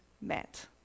met